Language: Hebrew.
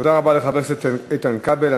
תודה רבה לחבר הכנסת איתן כבל.